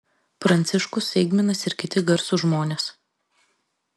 pranciškus eigminas ir kiti garsūs žmonės